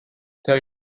tev